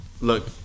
Look